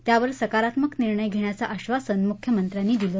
त्यावर सकारात्मक निर्णय घेण्याचं आश्वासन मुख्यमंत्र्यांनी दिलं